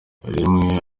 rimwe